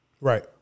right